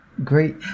Great